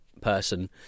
person